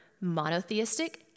monotheistic